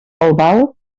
albal